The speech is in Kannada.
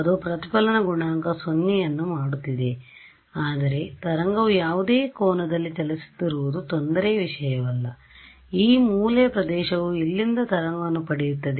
ಅದು ಪ್ರತಿಫಲನ ಗುಣಾಂಕ 0 ಅನ್ನು ಮಾಡುತ್ತಿದೆ ಆದರೆ ತರಂಗವು ಯಾವುದೇ ಕೋನದಲ್ಲಿ ಚಲಿಸುತ್ತಿರುವುದು ತೊಂದರೆಯ ವಿಷಯವಲ್ಲಆದ್ದರಿಂದ ಈ ಮೂಲೆಯ ಪ್ರದೇಶವು ಎಲ್ಲಿಂದ ತರಂಗವನ್ನು ಪಡೆಯುತ್ತದೆ